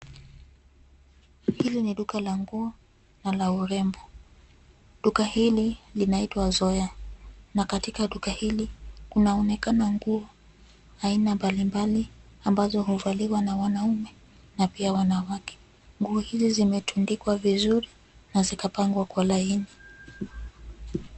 Hili ni duka la nguo, na la urembo, duka hili, linaitwa Zoya , na katika duka hili, kunaonekana nguo, aina mbali mbali, ambazo huvaliwa na wanaume, na pia wanawake, nguo hizi zimetundikwa vizuri, na zikapangwa kwa laini.